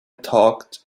talked